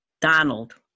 Donald